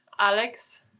Alex